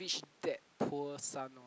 rich dad poor son or